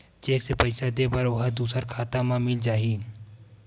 Cheque से पईसा दे बर ओहा दुसर खाता म मिल जाही?